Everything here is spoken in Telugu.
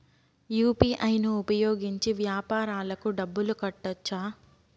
యు.పి.ఐ ను ఉపయోగించి వ్యాపారాలకు డబ్బులు కట్టొచ్చా?